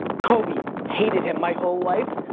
kobe, hated him my whole life.